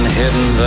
hidden